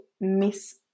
miss